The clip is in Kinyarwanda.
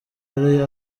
yari